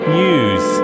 news